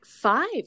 five